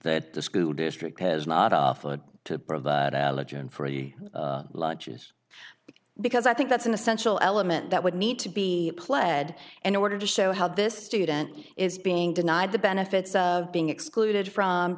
that the school district has not offered to provide allergen free lunches because i think that's an essential element that would need to be pled in order to show how this student is being denied the benefits of being excluded from